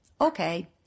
Okay